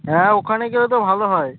হ্যাঁ ওখানে গেলে তো ভালো হয়